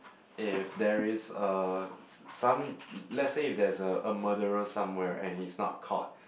if there is a s~ some let's say if there's a a murderer somewhere and he's not caught